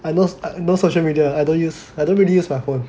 I no no social media I don't use I don't really use my phone